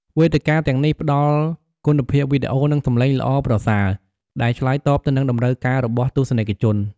វេទិកាទាំងនេះផ្ដល់គុណភាពវីដេអូ និងសំឡេងល្អប្រសើរ ដែលឆ្លើយតបទៅនឹងតម្រូវការរបស់ទស្សនិកជន។